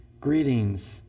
Greetings